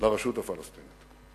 לרשות הפלסטינית.